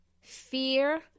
fear